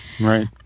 Right